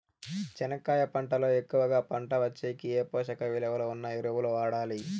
చెనక్కాయ పంట లో ఎక్కువగా పంట వచ్చేకి ఏ పోషక విలువలు ఉన్న ఎరువులు వాడాలి?